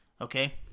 okay